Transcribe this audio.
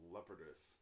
Leopardus